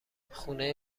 خونه